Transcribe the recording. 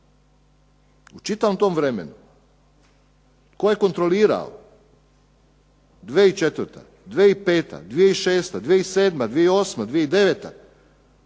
U čitavom tom vremenu tko je kontrolirao 2004., 2005., 2006., 2007., 2008., 2009.?